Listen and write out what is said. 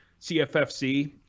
CFFC